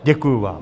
Děkuji vám.